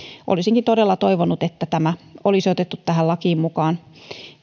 olisinkin todella toivonut että tämä olisi otettu tähän lakiin mukaan